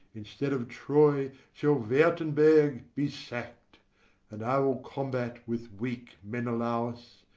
instead of troy, shall wertenberg be sack'd and i will combat with weak menelaus,